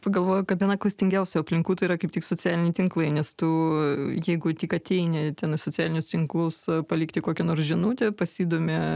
pagalvojau kad viena klastingiausių aplinkų tai yra kaip tik socialiniai tinklai nes tu jeigu tik ateini ten į socialinius tinklus palikti kokią nors žinutę pasidomi